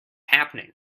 happening